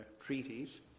treaties